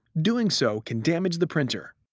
doing so can damage the printer.